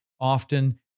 often